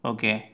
Okay